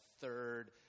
third